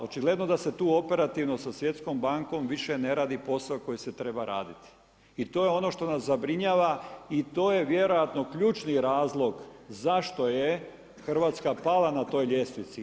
Očigledno da se tu operativno sa Svjetskom bankom više ne radi posao koji se treba raditi i to je ono što nas zabrinjava i to je vjerojatno ključni razlog zašto je Hrvatska pala na toj ljestvici.